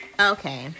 Okay